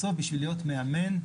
בשביל להיות מאמן,